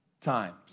times